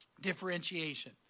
Differentiation